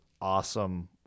awesome